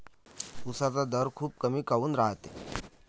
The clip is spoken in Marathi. उसाचा दर खूप कमी काऊन रायते?